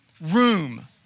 room